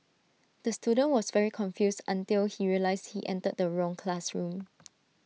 the student was very confused until he realised he entered the wrong classroom